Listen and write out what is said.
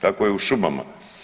Tako je u šumama.